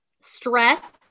stress